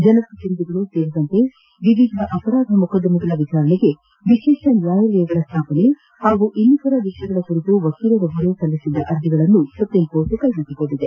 ಜನಪ್ರತಿನಿಧಿಗಳು ಸೇರಿದಂತೆ ವಿವಿಧ ಅಪರಾಧ ಮೊಕದ್ದಮಗಳ ವಿಚಾರಣೆಗೆ ವಿಶೇಷ ನ್ಯಾಯಾಲಯಗಳ ಸ್ಥಾಪನೆ ಹಾಗೂ ಇನ್ನಿತರ ವಿಷಯಗಳ ಕುರಿತು ವಕೀಲರೊಬ್ಬರು ಸಲ್ಲಿಸಿದ ಅರ್ಜಿಗಳನ್ನು ಸುಪ್ರೀಂ ಕೋರ್ಟ್ ಕೈಗೆತ್ತಿಕೊಂಡಿದೆ